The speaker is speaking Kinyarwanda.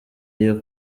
iyo